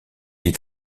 est